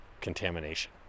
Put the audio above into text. contamination